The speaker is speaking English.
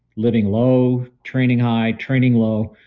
living low, training high, training low,